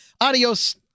Adios